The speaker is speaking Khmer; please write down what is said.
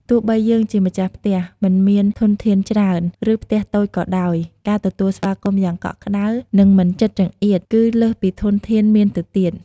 ទោះបីយើងជាម្ចាស់ផ្ទះមិនមានធនធានច្រើន ឬផ្ទះតូចក៏ដោយ ការទទួលស្វាគមន៍យ៉ាងកក់ក្ដៅ និងមិនចិត្តចង្អៀត គឺលើសពីធនធានមានទៅទៀត។